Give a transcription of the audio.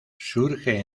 surge